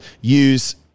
use